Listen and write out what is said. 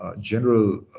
general